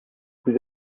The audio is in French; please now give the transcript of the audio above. vous